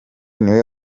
niwe